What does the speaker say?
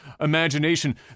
imagination